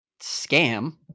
scam